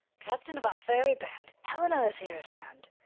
captain of our fairy band, helena is here at hand,